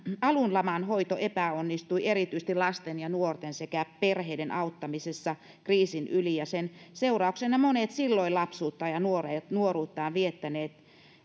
alun laman hoito epäonnistui erityisesti lasten ja nuorten sekä perheiden auttamisessa kriisin yli ja sen seurauksena monien silloin lapsuuttaan ja nuoruuttaan viettäneiden